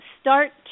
start